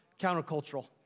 countercultural